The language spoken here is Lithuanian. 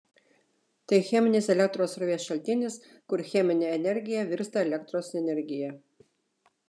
tai cheminis elektros srovės šaltinis kur cheminė energija virsta elektros energija